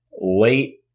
Late